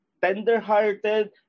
tender-hearted